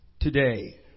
today